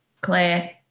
Claire